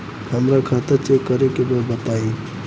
हमरा खाता चेक करे के बा बताई?